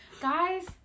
Guys